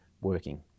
working